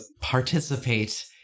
participate